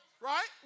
Right